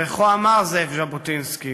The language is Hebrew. וכה אמר זאב ז'בוטינסקי: